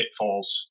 pitfalls